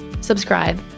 subscribe